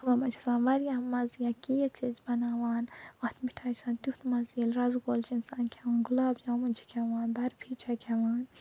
یمن مَنٛز چھ آسان واریاہ مَزٕ یا کیک چھ أسۍ بناوان اَتھ مِٹھاے چھُ آسان تٮُ۪تھ مزٕ ییٚلہِ رَسگولہٕ چھُ اِنسان کھیٚوان گُلاب جامُن چھِ کھیٚوان برٛفی چھِ کھیٚوان